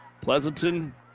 Pleasanton